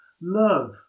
Love